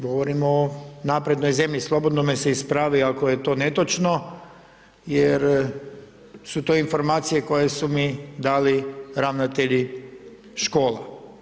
Govorimo o naprednoj zemlji, slobodno me se ispravi ako je to netočno jer su to informacije koje su mi dali ravnatelji škola.